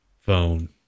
phone